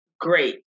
great